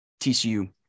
TCU